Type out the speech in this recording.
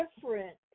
different